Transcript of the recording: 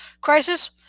crisis